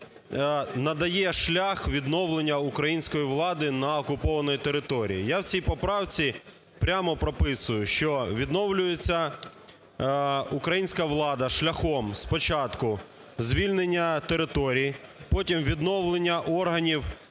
надає шлях відновлення української влади на окупованій територій. Я у цій поправці прямо прописую, що відновлюється українська влада шляхом спочатку звільнення територій, потім відновлення органів